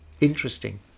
Interesting